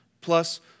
plus